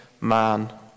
man